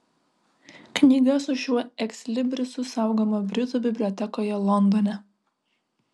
knyga su šiuo ekslibrisu saugoma britų bibliotekoje londone